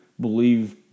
Believe